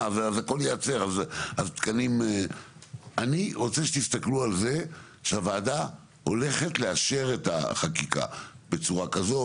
אני רוצה שתסתכלו על זה שהוועדה הולכת לאשר את החקיקה בצורה כזו,